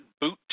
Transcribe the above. boot